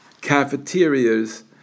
cafeterias